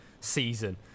season